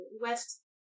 West